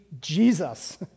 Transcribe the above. Jesus